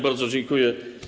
Bardzo dziękuję.